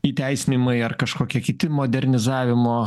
įteisinimai ar kažkokie kiti modernizavimo